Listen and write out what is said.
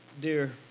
dear